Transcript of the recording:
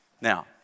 Now